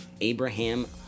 Abraham